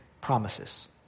promises